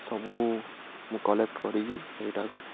ସବୁ ମୁଁ କଲେକ୍ଟ କରିକି ସେଇଟାକୁ